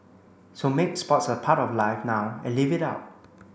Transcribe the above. so make sports a part of life now and live it up